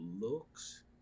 looks